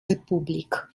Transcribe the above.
republik